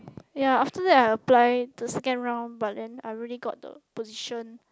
ya after that I apply to second round but then I already got the position